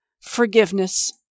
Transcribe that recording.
Forgiveness